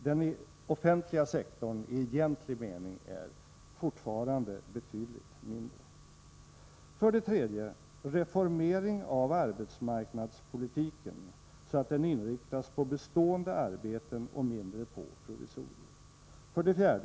Den offentliga sektorn i egentlig mening är fortfarande betydligt mindre. 3. En reformering av arbetsmarknadspolitiken så att den inriktas mera på bestående arbeten och mindre på provisorier. 4.